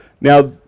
Now